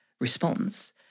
response